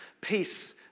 peace